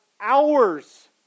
hours